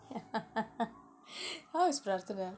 how is பிராத்தன:piraathana